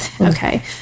Okay